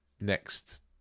next